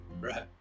Right